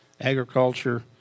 agriculture